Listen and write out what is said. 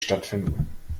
stattfinden